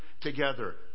together